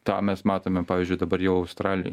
tą mes matome pavyzdžiui dabar jau australijoj